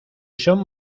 son